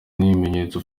n’ibyemezo